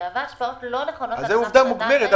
זו עובדה מוגמרת.